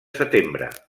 setembre